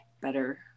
better